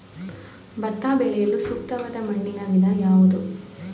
ಭತ್ತ ಬೆಳೆಯಲು ಸೂಕ್ತವಾದ ಮಣ್ಣಿನ ವಿಧ ಯಾವುದು?